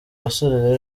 basore